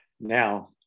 now